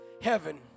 heaven